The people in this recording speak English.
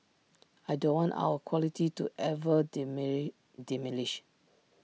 I don't want our quality to ever diminish